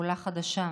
עולה חדשה,